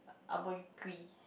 upper